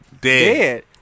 dead